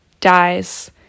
dies